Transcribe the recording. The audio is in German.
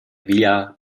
villa